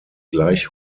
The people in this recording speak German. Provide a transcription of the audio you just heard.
gleich